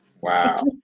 Wow